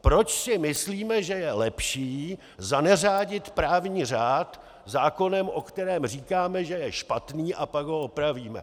Proč si myslíme, že je lepší zaneřádit právní řád zákonem, o kterém říkáme, že je špatný a pak ho opravíme.